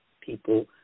people